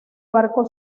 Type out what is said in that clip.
barco